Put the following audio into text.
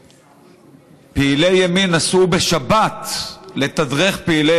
שפעילי ימין נסעו בשבת לתדרך פעילי